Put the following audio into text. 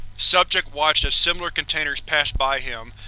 subject watched as similar containers passed by him,